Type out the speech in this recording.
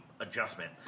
adjustment